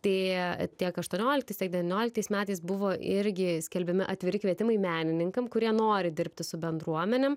tai tiek aštuonioliktais tiek devynioliktais metais buvo irgi skelbiami atviri kvietimai menininkam kurie nori dirbti su bendruomenėm